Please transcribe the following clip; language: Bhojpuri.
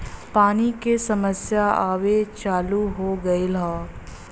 पानी के समस्या आवे चालू हो गयल हौ